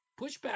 pushback